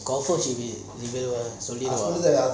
confirm she will be popular ah